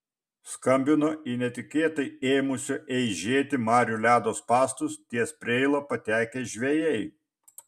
skambino į netikėtai ėmusio eižėti marių ledo spąstus ties preila patekę žvejai